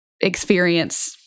experience